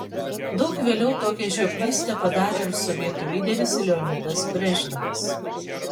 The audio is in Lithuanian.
daug vėliau tokią žioplystę padarė ir sovietų lyderis leonidas brežnevas